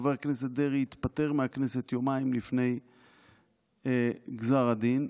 חבר הכנסת דרעי התפטר מהכנסת יומיים לפני גזר הדין,